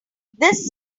this